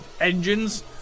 engines